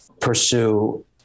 pursue